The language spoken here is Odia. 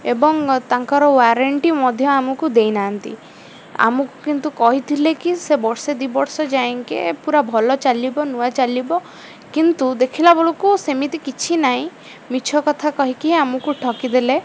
ଏବଂ ତାଙ୍କର ୱାରେଣ୍ଟି ମଧ୍ୟ ଆମକୁ ଦେଇ ନାହାନ୍ତି ଆମକୁ କିନ୍ତୁ କହିଥିଲେ କି ସେ ବର୍ଷେ ଦି ବର୍ଷ ଯାଇକି ପୁରା ଭଲ ଚାଲିବ ନୂଆ ଚାଲିବ କିନ୍ତୁ ଦେଖିଲାବେଳକୁ ସେମିତି କିଛି ନାହିଁ ମିଛ କଥା କହିକି ହିଁ ଆମକୁ ଠକିଦେଲେ